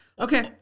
Okay